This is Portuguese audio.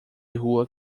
rua